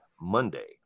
Monday